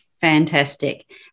Fantastic